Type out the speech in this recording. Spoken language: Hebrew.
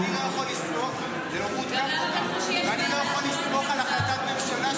-- ואני לא יכול לסמוך על החלטת הממשלה.